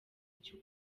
icyo